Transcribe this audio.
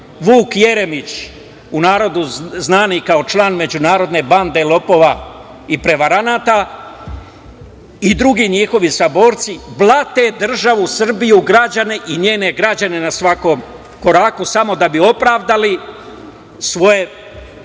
Vuk Jeremić, u narodu znani kao član međunarodne bande lopova i prevaranata i drugi njihovi saborci, blate državu Srbiju i njene građane na svakom koraku, samo da opravdali svoje